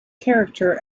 character